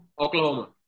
Oklahoma